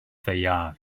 ddaear